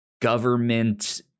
government